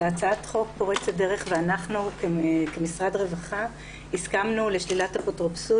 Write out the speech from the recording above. זו הצעת חוק פורצת דרך ואנחנו הסכמנו לשלילת אפוטרופסות